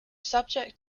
subject